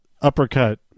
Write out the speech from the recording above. uppercut